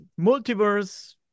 multiverse